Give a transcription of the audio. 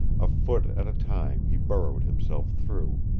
a foot at a time he burrowed himself through,